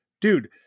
dude